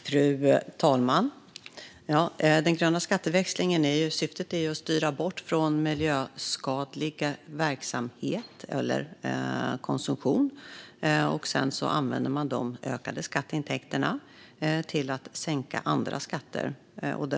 Fru talman! Syftet med den gröna skatteväxlingen är att styra bort från miljöskadlig verksamhet eller konsumtion. Sedan använder man de ökade skatteintäkterna till att sänka andra skatter.